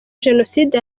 jenoside